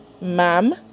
ma'am